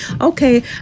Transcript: okay